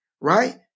right